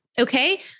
okay